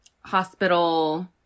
hospital